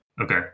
Okay